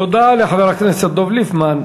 תודה לחבר הכנסת דב ליפמן.